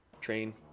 Train